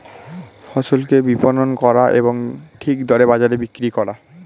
ফসলকে বিপণন করা এবং ঠিক দরে বাজারে বিক্রি করা